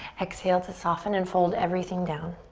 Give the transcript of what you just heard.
exhale to soften and fold everything down.